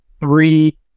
three